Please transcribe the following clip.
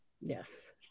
yes